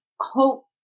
hope